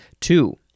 Two